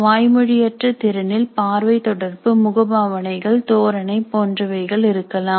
வாய் மொழியற்ற திறனில் பார்வை தொடர்பு முகபாவனைகள் தோரணை போன்றவைகள் இருக்கலாம்